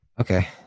Okay